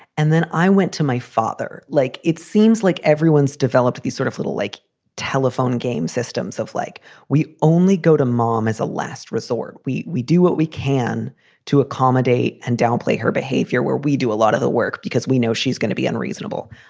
and then i went to my father like, it seems like everyone's developed these sort of little like telephone game systems of like we only go to mom as a last resort. we we do what we can to accommodate and downplay her behavior where we do a lot of the work because we know she's gonna be unreasonable.